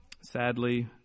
Sadly